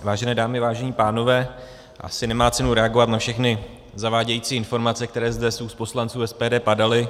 Vážené dámy, vážení pánové, asi nemá cenu reagovat na všechny zavádějící informace, které zde z úst poslanců SPD padaly.